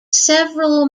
several